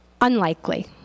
Unlikely